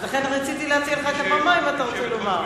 רציתי להציע לך את הבמה, אם אתה רוצה לומר.